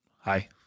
Hi